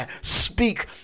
speak